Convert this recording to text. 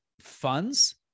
funds